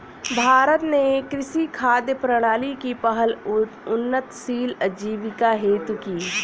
भारत ने कृषि खाद्य प्रणाली की पहल उन्नतशील आजीविका हेतु की